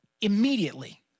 immediately